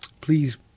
Please